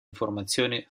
informazione